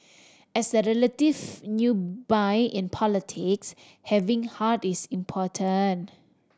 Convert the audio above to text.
as a relative newbie in politics having heart is important